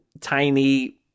tiny